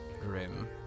Grim